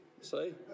See